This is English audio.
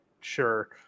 sure